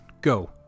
go